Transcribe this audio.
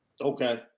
Okay